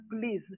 please